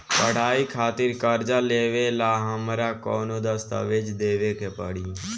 पढ़ाई खातिर कर्जा लेवेला हमरा कौन दस्तावेज़ देवे के पड़ी?